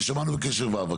ושמענו בקשב רב.